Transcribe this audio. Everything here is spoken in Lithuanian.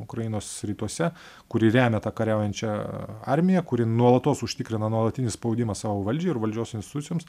ukrainos rytuose kuri remia tą kariaujančią armiją kuri nuolatos užtikrina nuolatinį spaudimą savo valdžiai ir valdžios institucijoms